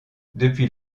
depuis